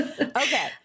okay